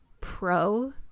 pro